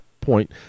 point